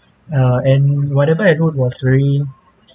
uh and whatever I wrote was very